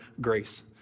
grace